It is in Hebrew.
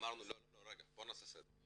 נעשה סדר.